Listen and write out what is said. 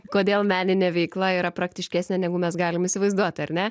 kodėl meninė veikla yra praktiškesnė negu mes galim įsivaizduoti ar ne